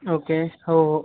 okay हो हो